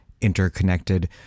interconnected